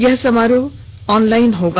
यह समारोह ऑनलाइन होगा